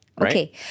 Okay